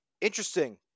interesting